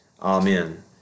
Amen